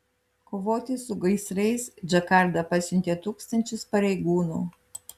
kovoti su gaisrais džakarta pasiuntė tūkstančius pareigūnų